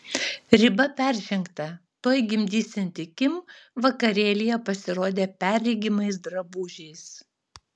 riba peržengta tuoj gimdysianti kim vakarėlyje pasirodė perregimais drabužiais